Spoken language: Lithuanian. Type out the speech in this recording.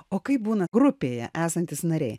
o kaip būna grupėje esantys nariai